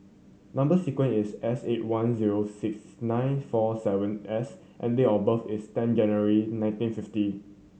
number sequence is S eight one zero six nine four seven S and date of birth is ten January nineteen fifty